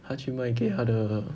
他去卖给他的